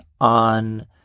on